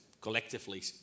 collectively